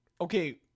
Okay